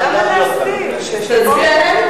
אז תצביע נגד.